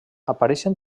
apareixen